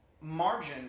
margin